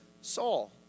Saul